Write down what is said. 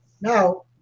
Now